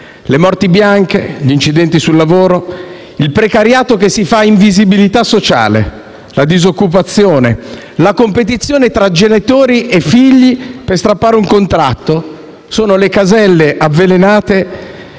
Le morti bianche, gli incidenti sul lavoro, il precariato che si fa invisibilità sociale, la disoccupazione, la competizione tra genitori e figli per strappare un contratto sono le caselle avvelenate